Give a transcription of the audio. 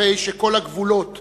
אחרי שכל הגבולות